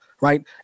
Right